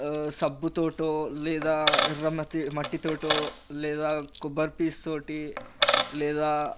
సబ్బుతోటో లేదా ఎర్ర మట్టి మట్టితోటో లేదా కొబ్బరి పీచుతోటి లేదా